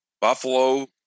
Buffalo